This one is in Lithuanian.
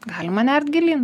galima nert gilyn